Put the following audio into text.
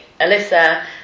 Alyssa